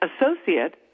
associate